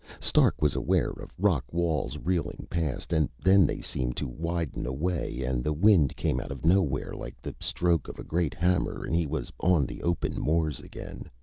stark was aware of rock walls reeling past, and then they seemed to widen away and the wind came out of nowhere like the stroke of a great hammer, and he was on the open moors again.